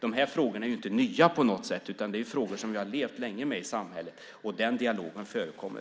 De här frågorna är inte nya på något sätt, utan det är frågor som vi har levt länge med i samhället. Den dialogen förekommer.